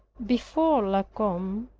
before la combe,